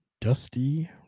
Dusty